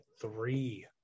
three